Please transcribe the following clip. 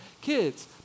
Kids